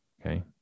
okay